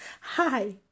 hi